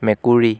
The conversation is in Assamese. মেকুৰী